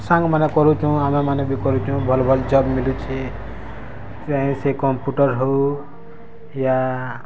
ସାଙ୍ଗମାନେ କରୁଛୁଁ ଆମେ ମାନେ ବି କରୁଛୁଁ ଭଲ୍ ଭଲ୍ ଜବ୍ ମିଲୁଛେଁ ଚାହେଁ ସେ କମ୍ପ୍ୟୁଟର୍ ହଉ ୟା